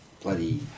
bloody